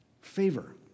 favor